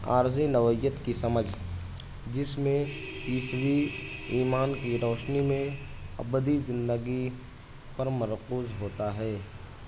عارضی نوعیت کی سمجھ جس میں عیسوی ایمان کی روشنی میں ابدی زندگی پر مرکوز ہوتا ہے